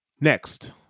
Next